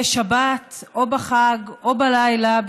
בשבת או בחג או בלילה,